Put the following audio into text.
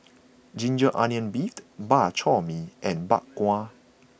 Ginger Onions Beef Bak Chor Mee and Bak Kwa